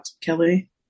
Kelly